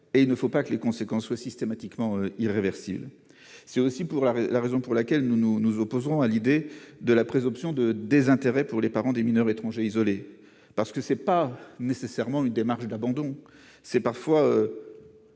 et il ne faut pas que les conséquences soient systématiquement irréversible, c'est aussi pour la la raison pour laquelle nous nous nous opposerons à l'idée de la présomption de désintérêt pour les parents des mineurs étrangers isolés parce que c'est pas nécessairement une démarche d'abandon, c'est parfois